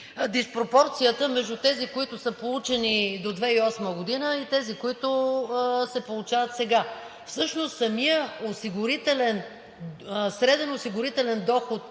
диспропорцията между тези, които са получени до 2008 г., и тези, които се получават сега. Всъщност самият среден осигурителен доход